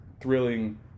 thrilling